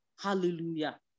Hallelujah